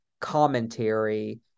commentary